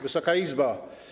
Wysoka Izbo!